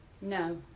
No